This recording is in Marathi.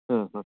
हां हां